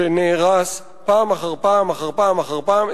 שנהרס פעם אחר פעם אחר פעם אחר פעם,